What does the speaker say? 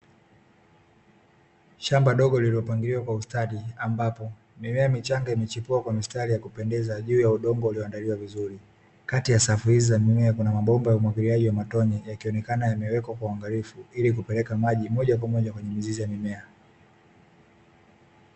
Shamba dogo lililopangiliwa kwa ustadi ambapo, mimea michanga imechipua kwa mistari ya kupendeza juu ya udongo ulioandaliwa vizuri. Kati ya safu hizi za mimea Kuna mabomba ya umwagiliaji wa matone, yakionekana yamewekwa kwa uangalifu, ili kupelekwa maji moja kwa moja kwenye mizizi ya mimea.